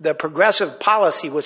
the progressive policy was